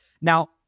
Now